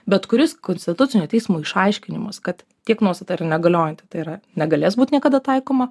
bet kuris konstitucinio teismo išaiškinimas kad tiek nuostata yra negaliojanti tai yra negalės būt niekada taikoma